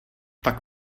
tak